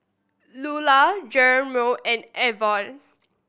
Lular Jeromy and Avon